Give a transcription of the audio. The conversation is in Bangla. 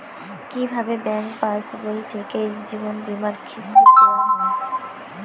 কি ভাবে ব্যাঙ্ক পাশবই থেকে জীবনবীমার কিস্তি দেওয়া হয়?